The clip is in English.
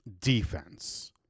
defense